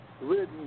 Written